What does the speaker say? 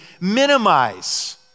minimize